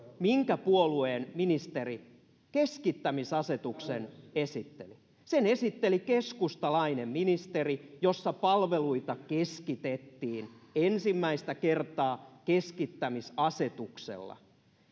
minkä puolueen ministeri keskittämisasetuksen esitteli sen esitteli keskustalainen ministeri ja siinä palveluita keskitettiin ensimmäistä kertaa keskittämisasetuksella